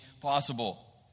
possible